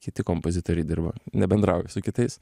kiti kompozitoriai dirba nebendrauju su kitais